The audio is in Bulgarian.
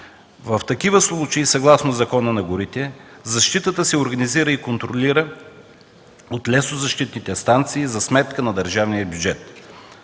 В такива случаи съгласно Закона за горите защитата се организира и контролира от лесозащитните станции за сметка на държавния бюджет.